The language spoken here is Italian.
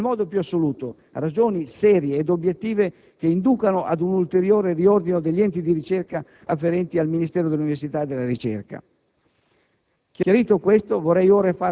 A mio avviso, non sussistono nel modo più assoluto ragioni serie ed obiettive che inducano ad un ulteriore riordino degli enti di ricerca afferenti al Ministero dell'università e della ricerca.